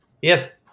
Yes